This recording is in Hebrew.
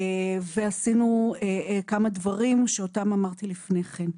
עשינו כמה דברים שאותם אמרתי לפני כן.